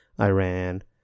Iran